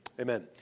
Amen